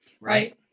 right